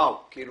וואו, זה